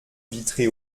vitrée